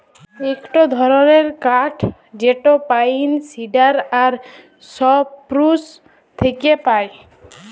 ইকটো ধরণের কাঠ যেটা পাইন, সিডার আর সপ্রুস থেক্যে পায়